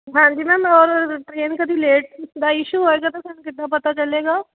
ਹਾਂਜੀ ਮੈਮ ਔਰ ਟ੍ਰੇਨ ਕਦੀ ਲੇਟ ਦਾ ਇਸ਼ੂ ਹੋਏਗਾ ਤਾਂ ਸਾਨੂੰ ਕਿੱਦਾਂ ਪਤਾ ਚੱਲੇਗਾ